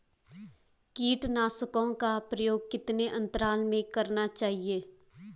कीटनाशकों का प्रयोग कितने अंतराल में करना चाहिए?